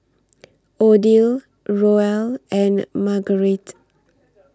Odile Roel and Marguerite